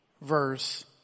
verse